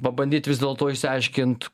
pabandyt vis dėlto išsiaiškint